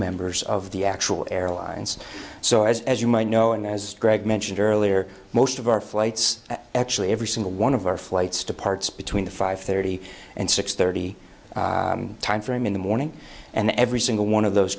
members of the actual airlines so as as you might know and as greg mentioned earlier most of our flights actually every single one of our flights departs between five thirty and six thirty time frame in the morning and every single one of those